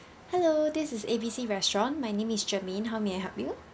hello this is A B C restaurant my name is germane how may I help you